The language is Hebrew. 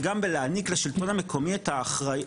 וגם בלהעניק לשלטון המקומי את האחריות,